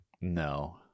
No